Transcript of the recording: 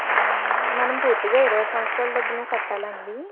మనం పూర్తిగా ఇరవై సంవత్సరాల డబ్బులు కట్టాలా అండి